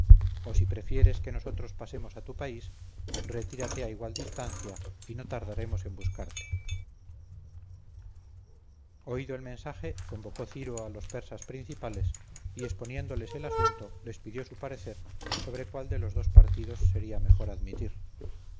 o si prefieres que nosotros pasemos a tu país retírate a igual distancia y no tardaremos en buscarte oído el mensaje convocó ciro a los persas principales y exponiéndoles el asunto les pidió su parecer sobre cuál de los dos partidos sería mejor admitir